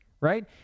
right